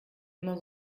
immer